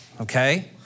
okay